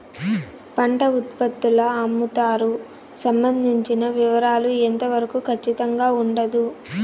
పంట ఉత్పత్తుల అమ్ముతారు సంబంధించిన వివరాలు ఎంత వరకు ఖచ్చితంగా ఉండదు?